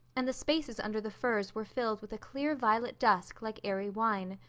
and the spaces under the firs were filled with a clear violet dusk like airy wine.